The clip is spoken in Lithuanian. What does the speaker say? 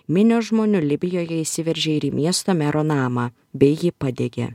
minios žmonių libijoje įsiveržė ir į miesto mero namą bei jį padegė